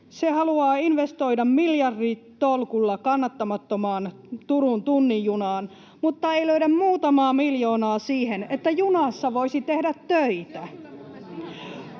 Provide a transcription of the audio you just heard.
Se haluaa investoida miljarditolkulla kannattamattomaan Turun tunnin junaan mutta ei löydä muutamaa miljoonaa siihen, että junassa voisi tehdä töitä.